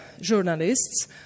journalists